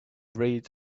read